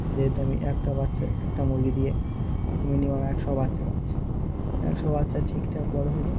যেহেতু আমি একটা বাচ্চা একটা মুরগি দিয়ে মিনিমাম একশো বাচ্চা পাচ্ছি একশো বাচ্চা ঠিকঠাক বড় হলে